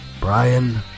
Brian